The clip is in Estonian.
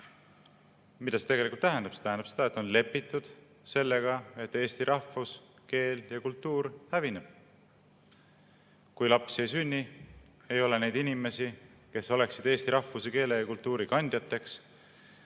Mida see tegelikult tähendab? See tähendab seda, et on lepitud sellega, et eesti rahvus, keel ja kultuur hävinevad. Kui lapsi ei sünni, siis ei ole neid inimesi, kes oleksid eesti rahvuse, keele ja kultuuri kandjateks.